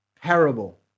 parable